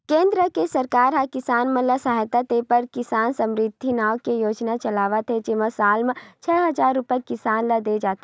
केंद्र के सरकार ह किसान मन ल सहायता देबर किसान समरिद्धि नाव के योजना चलावत हे जेमा साल म छै हजार रूपिया किसान ल दे जाथे